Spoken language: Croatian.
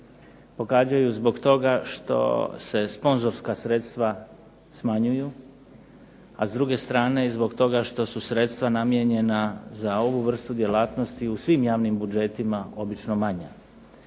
Pogađaju zbog toga što se sponzorska sredstva smanjuju, a s druge strane i zbog toga što su sredstva namijenjena za ovu vrstu djelatnosti u svim javnim budžetima obično manja.